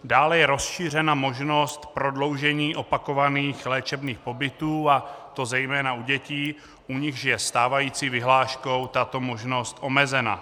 Dále je rozšířena možnost prodloužení opakovaných léčebných pobytů, a to zejména u dětí, u nichž je stávající vyhláškou tato možnost omezena.